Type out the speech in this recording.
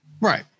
Right